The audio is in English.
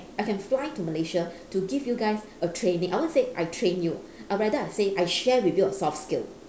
I can fly to malaysia to give you guys a training I won't say I train you I rather I say I share with you a soft skill